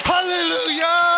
Hallelujah